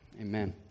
Amen